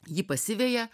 jį pasiveja